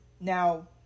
Now